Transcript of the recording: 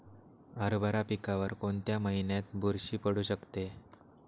हरभरा पिकावर कोणत्या महिन्यात बुरशी पडू शकते?